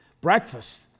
breakfast